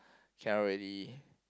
cannot really